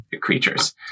creatures